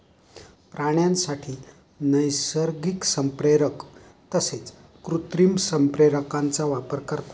प्राण्यांसाठी नैसर्गिक संप्रेरक तसेच कृत्रिम संप्रेरकांचा वापर करतात